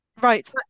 Right